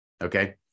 Okay